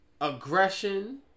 aggression